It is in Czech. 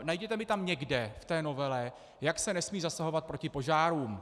Najděte mi tam někde v té novele, jak se nesmí zasahovat proti požárům.